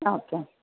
ആ ഓക്കെ